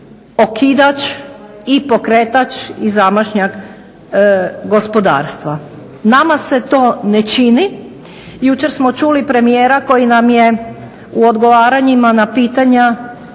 okidač i pokretač i zamašnjak gospodarstva. Nama se to ne čini. Jučer smo čuli premijera koji nam je u odgovaranjima na pitanja